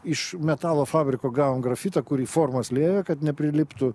iš metalo fabriko gavom grafitą kur į formas liejo kad nepriliptų